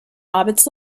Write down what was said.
hobbits